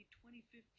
2015